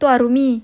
itu arumi